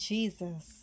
Jesus